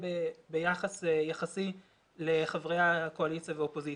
ביחס יחסי לחברי הקואליציה והאופוזיציה,